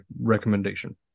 recommendation